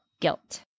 guilt